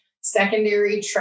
secondary